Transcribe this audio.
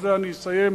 בזה אני אסיים,